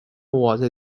was